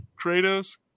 Kratos